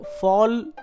fall